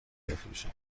بفروشن